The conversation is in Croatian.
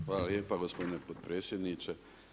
Hvala lijepa gospodine potpredsjedniče.